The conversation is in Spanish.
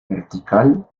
vertical